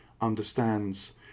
understands